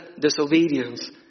disobedience